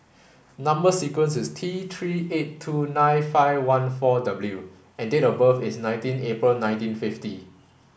number sequence is T three eight two nine five one four W and date of birth is nineteen April nineteen fifty